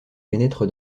pénètrent